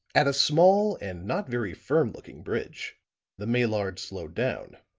at a small and not very firm-looking bridge the maillard slowed down